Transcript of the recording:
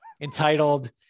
entitled